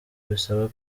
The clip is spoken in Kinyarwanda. bisaba